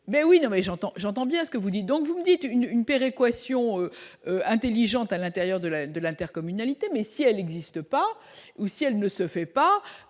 j'entends, j'entends bien ce que vous dites donc vous dites une une péréquation intelligente à l'intérieur de la ville de l'intercommunalité, mais si elle n'existe pas ou si elle ne se fait pas